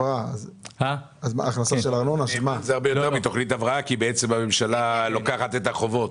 זה יותר מתכנית הבראה כי בעצם הממשלה לוקחת את החובות.